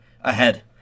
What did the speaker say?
ahead